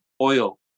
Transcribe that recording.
oil